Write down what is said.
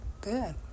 Good